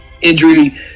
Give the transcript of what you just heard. injury